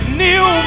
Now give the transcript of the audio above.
new